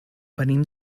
venim